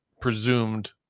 presumed